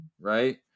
right